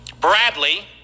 Bradley